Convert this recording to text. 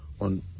on